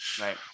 right